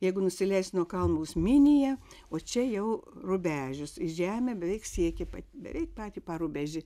jeigu nusileisi nuo kalno bus minija o čia jau rubežius į žemę beveik siekė beveik patį parubežį